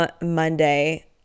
Monday